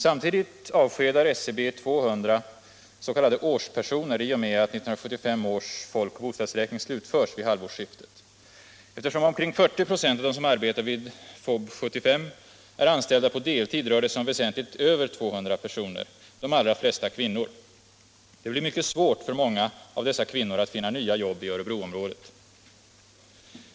Samtidigt avskedar SCB 200 s.k. årspersoner i och med att 1975 års folkoch bostadsräkning slutförs vid halvårsskiftet. Eftersom omkring 40 8 av dem som arbetar vid FoB 75 är anställda på deltid, rör det sig om väsentligt över 200 personer — de allra flesta kvinnor. Det blir mycket svårt för många av dessa kvinnor att finna nya jobb i Örebroområdet.